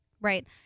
right